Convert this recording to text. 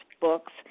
books